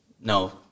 No